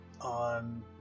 on